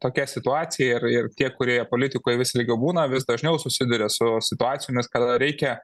tokia situacija ir ir tie kurie politikoj vis ilgiau būna vis dažniau susiduria su situacijomis kada reikia